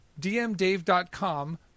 dmdave.com